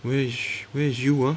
where is where is you ah